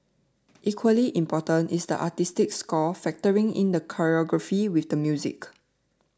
equally important is the artistic score factoring in the choreography with the music